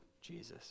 Jesus